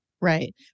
Right